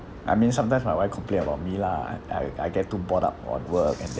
I mean sometimes my wife complain about me lah uh I I get too bored up on work and then